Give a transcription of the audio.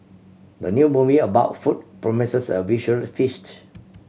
the new movie about food promises a visual feast